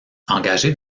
engagé